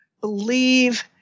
believe